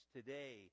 Today